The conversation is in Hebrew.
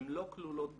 הן לא כלולות בתוכנית.